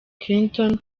clinton